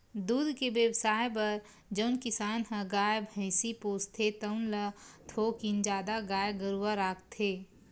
दूद के बेवसाय बर जउन किसान ह गाय, भइसी पोसथे तउन ह थोकिन जादा गाय गरूवा राखथे